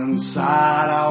Inside